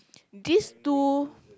this two